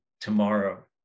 tomorrow